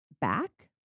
back